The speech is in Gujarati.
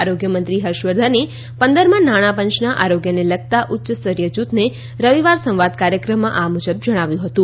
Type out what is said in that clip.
આરોગ્યમંત્રી હર્ષવર્ધને પંદરમાં નાણાં પંચના આરોગ્યને લગતા ઉચ્યસ્તરીય જૂથને રવિવાર સંવાદ કાર્યક્રમમાં આ મુજબ જણાવ્યું હતું